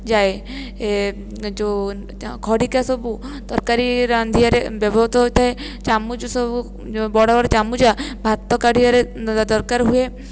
ଯାଏ ଏ ଯେଉଁ ଖଡି଼କା ସବୁ ତରକାରୀ ରାନ୍ଧିବାରେ ବ୍ୟବହୃତ ହୋଇଥାଏ ଚାମୁଚ ସବୁ ବଡ଼ ବଡ଼ ଚାମୁଚ ଭାତ କାଢ଼ିବାରେ ଦରକାର ହୁଏ